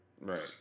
Right